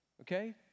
Okay